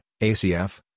ACF